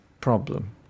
problem